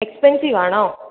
expensive ആണോ